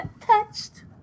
touched